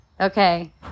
Okay